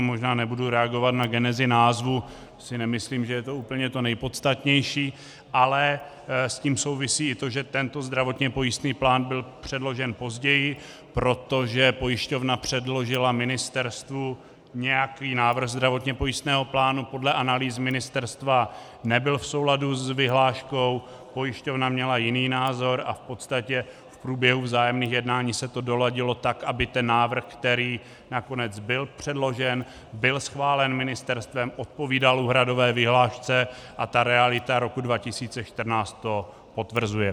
Možná nebudu reagovat na genezi názvu, nemyslím, že je to úplně to nejpodstatnější, ale s tím souvisí i to, že tento zdravotně pojistný plán byl předložen později, protože pojišťovna předložila ministerstvu nějaký návrh zdravotně pojistného plánu, podle analýz ministerstva nebyl v souladu s vyhláškou, pojišťovna měla jiný názor a v podstatě v průběhu vzájemných jednání se to doladilo tak, aby ten návrh, který nakonec byl předložen, byl schválen ministerstvem, odpovídal úhradové vyhlášce a realita roku 2014 to potvrzuje.